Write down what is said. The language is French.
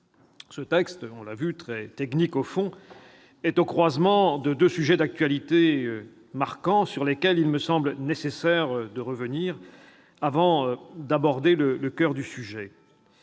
Ce texte, technique au fond, est au croisement de deux sujets d'actualité marquants, sur lesquels il me semble nécessaire de revenir avant d'aborder le coeur du sujet.